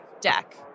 deck